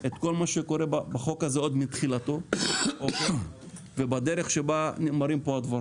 את כל מה שקורה בחוק הזה עוד מתחילתו ובדרך שבה נאמרים פה הדברים.